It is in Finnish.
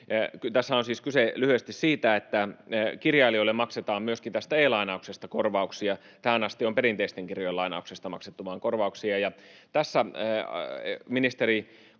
Tässähän on siis kyse lyhyesti siitä, että kirjailijoille maksetaan myöskin tästä e-lainauksesta korvauksia. Tähän asti on vain perinteisten kirjojen lainauksesta maksettu korvauksia. Ministeri